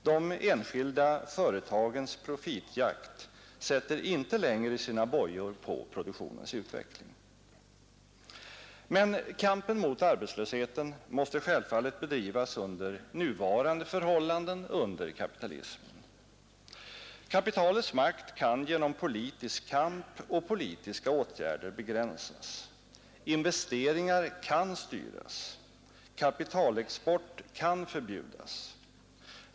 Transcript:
De enskilda företagens profitjakt sätter inte längre sina bojor på produktionens utveckling. Men kampen mot arbetslösheten måste självfallet bedrivas under nuvarande förhållanden, under kapitalismen. Kapitalets makt kan genom politisk kamp och politiska åtgärder begränsas. Investeringar kan styras. Kapitalexport kan förbjudas.